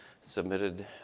submitted